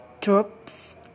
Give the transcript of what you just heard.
drops